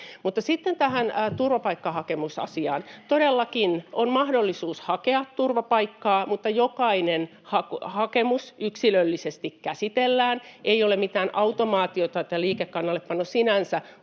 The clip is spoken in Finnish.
sitten tähän turvapaikkahakemusasiaan: Todellakin on mahdollisuus hakea turvapaikkaa, mutta jokainen hakemus käsitellään yksilöllisesti. Ei ole mitään automaatiota, että liikekannallepano sinänsä